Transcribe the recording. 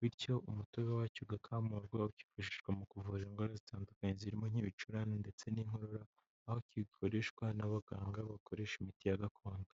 bityo umutobe wacyo ugakamurwa ukifashishwa mu kuvura indwara zitandukanye zirimo nk'ibicurane ndetse n'inkorora. Aho gikoreshwa n'abaganga bakoresha imiti ya gakondo.